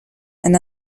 and